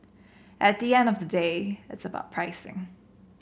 at the end of the day it's about pricing